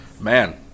man